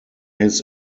his